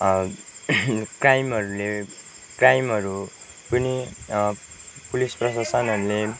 क्राइमहरूले क्राइइमहरू पनि पुलिस प्रशासनहरूले